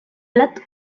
plat